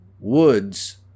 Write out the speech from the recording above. Woods